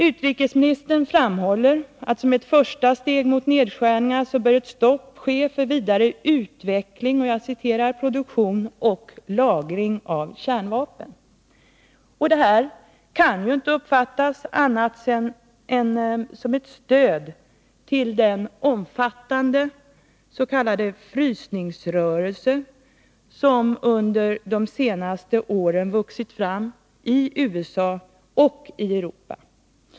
Utrikesministern framhåller att som ett första steg mot nedskärningar bör ett stopp ske för vidare utveckling, produktion och lagring av kärnvapen. Detta kan inte uppfattas som annat än ett stöd till den omfattande s.k. frysningsrörelse som under de senaste åren har vuxit fram i USA och i Europa.